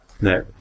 No